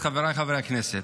חבריי חברי הכנסת,